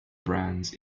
brands